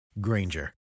Granger